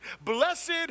Blessed